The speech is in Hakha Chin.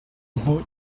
hmuh